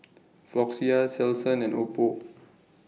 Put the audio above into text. Floxia Selsun and Oppo